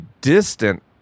distant